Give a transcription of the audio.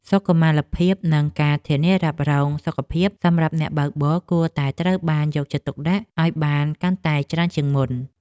សុខុមាលភាពនិងការធានារ៉ាប់រងសុខភាពសម្រាប់អ្នកបើកបរគួរតែត្រូវបានយកចិត្តទុកដាក់ឱ្យបានកាន់តែច្រើនជាងមុន។